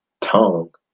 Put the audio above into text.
tongue